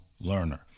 learner